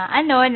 ano